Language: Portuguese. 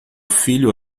filho